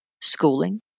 schooling